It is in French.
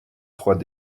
trois